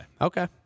Okay